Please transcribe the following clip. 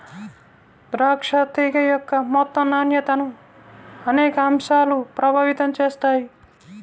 ద్రాక్ష తీగ యొక్క మొత్తం నాణ్యతను అనేక అంశాలు ప్రభావితం చేస్తాయి